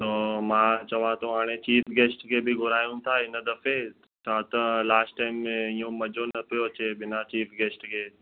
तो मां चवां थो हाणे चीफ गेस्ट खे बि घुरायूं था हिन दफ़े छा त लास्ट टाइम में इहो मजो न पियो अचे बिना चीफ गेस्ट जे